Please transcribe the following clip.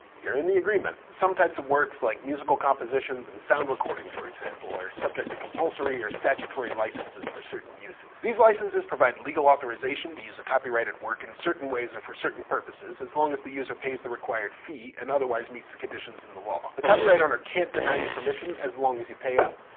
you're in the agreement. some types of works like musical compositions and sound recordings, for example, are subject to compulsory or statutory licenses for certain uses. these licenses provide legal authorization to use a copyrighted work in certain ways and for certain purposes, as long as the user pays the required fee and otherwise meets the conditions in the law. the copyright owner can't deny you permission as long as you pay up.